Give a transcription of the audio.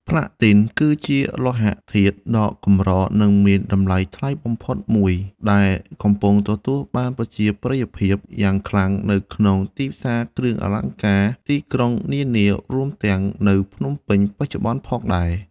ផ្លាទីន គឺជាលោហៈធាតុដ៏កម្រ និងមានតម្លៃថ្លៃបំផុតមួយ ដែលកំពុងទទួលបានប្រជាប្រិយភាពយ៉ាងខ្លាំងនៅក្នុងទីផ្សារគ្រឿងអលង្ការទីក្រុងនានា រួមទាំងនៅភ្នំពេញបច្ចុប្បន្នផងដែរ។